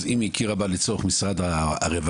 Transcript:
אז אם היא הכירה בה לצורך משרד הרווחה,